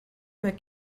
mehr